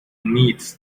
needs